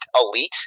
elite